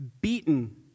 beaten